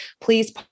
Please